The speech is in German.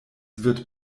wird